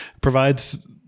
provides